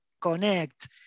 connect